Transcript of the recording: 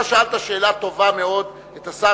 אתה שאלת שאלה טובה מאוד את השר,